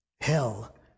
Hell